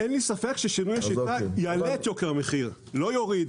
אין לי ספק ששינוי השיטה יעלה את יוקר המחיר לא יוריד,